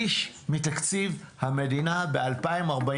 שליש מתקציב המדינה ב-2044